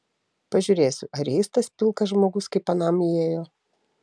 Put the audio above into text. pažiūrėsiu ar įeis tas pilkas žmogus kaip anam įėjo